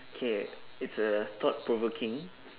okay it's a thought provoking